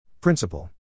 Principle